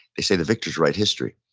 they say the victors write history.